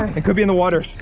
it could be in the water.